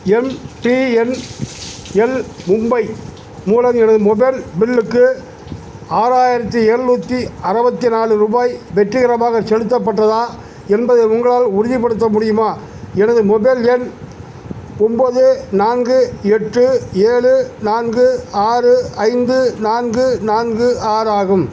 MTNL Mumbai மூலம் எனது mobile பில்லுக்கு ஆறாயிரத்து ஏழ்நூத்தி அறுவத்தி நாலு ரூபாய் வெற்றிகரமாகச் செலுத்தப்பட்டதா என்பதை உங்களால் உறுதிப்படுத்த முடியுமா எனது மொபைல் எண் ஒம்பது நான்கு எட்டு ஏழு நான்கு ஆறு ஐந்து நான்கு நான்கு ஆறு ஆகும்